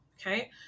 Okay